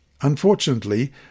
Unfortunately